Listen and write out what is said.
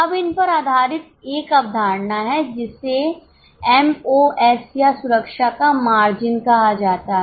अब इन पर आधारित एक अवधारणा है जिसे एम ओ एस या सुरक्षा का मार्जिन कहा जाता है